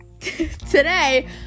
Today